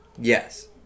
yes